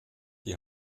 die